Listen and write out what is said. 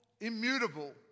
immutable